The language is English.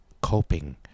coping